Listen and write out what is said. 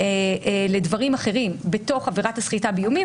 לדברים אחרים בתוך עבירת הסחיטה באיומים,